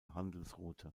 handelsroute